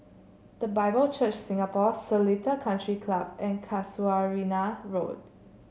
The Bible Church Singapore Seletar Country Club and Casuarina Road